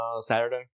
Saturday